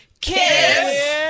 kiss